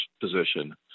position